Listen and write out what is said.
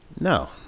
No